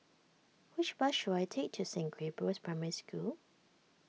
which bus should I take to Saint Gabriel's Primary School